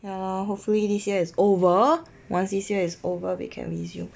ya lor hopefully this year is over once this year is over we can resume